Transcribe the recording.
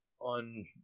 on